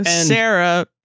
Sarah